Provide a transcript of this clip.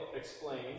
explains